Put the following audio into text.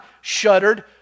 shuddered